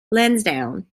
lansdowne